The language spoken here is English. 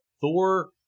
Thor